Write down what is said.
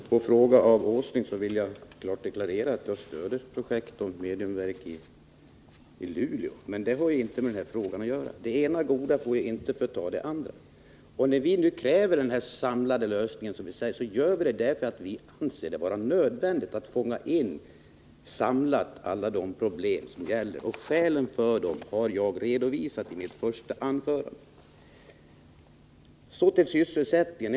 Herr talman! Som svar på en fråga av Nils Åsling vill jag först deklarera att jag stöder projektet om ett mediumverk i Luleå. Det har ju inte med den här frågan att göra, men det ena goda får inte förskjuta det andra. När vi nu kräver en samlad lösning gör vi detta därför att vi anser det vara nödvändigt att fånga in och samla alla problem som det gäller. Skälen därför har jag redovisat i mitt första anförande. Så till frågan om sysselsättningen.